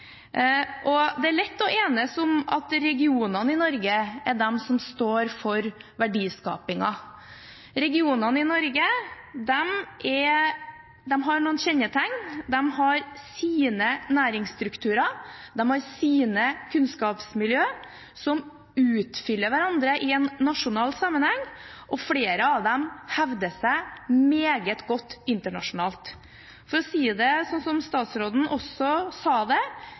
er regionene i Norge som står for verdiskapingen. Regionene i Norge har noen kjennetegn. De har sine næringsstrukturer, de har sine kunnskapsmiljø, som utfyller hverandre i en nasjonal sammenheng, og flere av dem hevder seg meget godt internasjonalt. For å si det slik som også statsråden sa det: